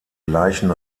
gleichen